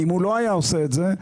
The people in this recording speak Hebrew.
ואם הוא לא היה עושה את זה,